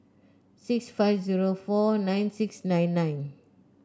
six five zero four nine six nine nine